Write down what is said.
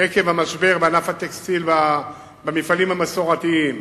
עקב המשבר בענף הטקסטיל והמפעלים המסורתיים,